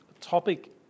topic